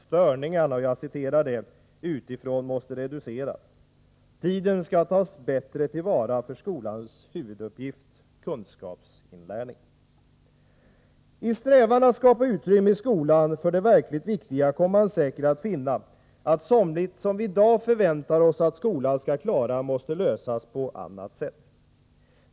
”Störningarna” utifrån måste reduceras. Tiden skall tas bättre till vara för skolans huvuduppgift — kunskapsinlärning. I strävan att skapa utrymme i skolan för det verkligt viktiga kommer man säkert att finna att somligt som vi i dag förväntar oss att skolan skall klara måste lösas på annat sätt.